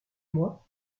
moi